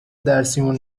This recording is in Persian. درسیمون